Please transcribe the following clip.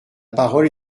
parole